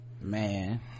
Man